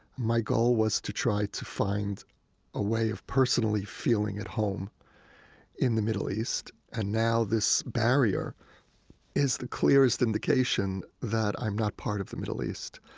my goal was to try to find a way of personally feeling at home in the middle east and now this barrier is the clearest indication that i'm not part of the middle east.